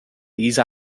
these